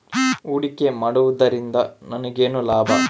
ಹೂಡಿಕೆ ಮಾಡುವುದರಿಂದ ನನಗೇನು ಲಾಭ?